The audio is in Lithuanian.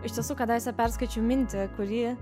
iš tiesų kadaise perskaičiau mintį kuri